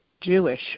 Jewish